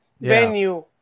venue